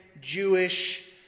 Jewish